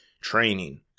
training